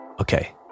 Okay